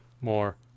more